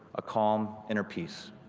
a calm inner peace.